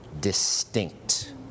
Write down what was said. distinct